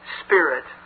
spirit